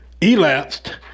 elapsed